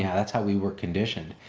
yeah that's how we were conditioned.